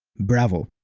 bravo.